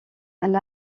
elle